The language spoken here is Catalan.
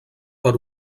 per